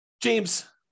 James